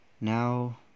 Now